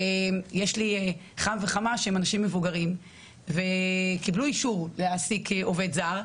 יש לי חם וחמה שהם אנשים מבוגרים והם קיבלו אישור להעסיק עובד זר.